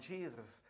Jesus